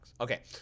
Okay